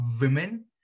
women